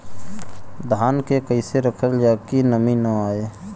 धान के कइसे रखल जाकि नमी न आए?